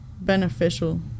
beneficial